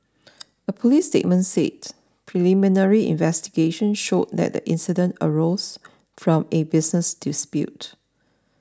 a police statement said preliminary investigations showed that the incident arose from a business dispute